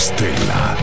Stella